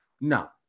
no